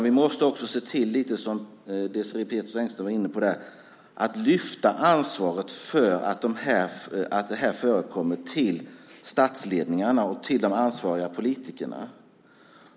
Vi måste också, som Désirée Pethrus Engström var inne på, lyfta upp ansvaret för att det här förekommer till statsledningarna och till de ansvariga politikerna.